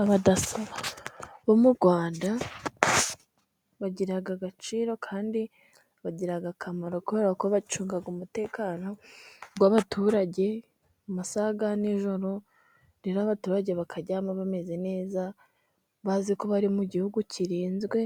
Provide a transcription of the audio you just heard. Abadaso bo mu Rwanda bagira agaciro kandi bagira akamaro, kubera ko bacunga umutekano w'abaturage amasaha ya nijoro, rero abaturage bakaryama bameze neza bazi ko bari mu gihugu kirinzwe.